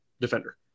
defender